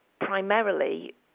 primarily